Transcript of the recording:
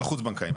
על החוץ בנקאי.